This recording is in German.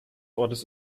ortes